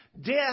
Death